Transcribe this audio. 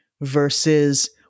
versus